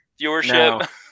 viewership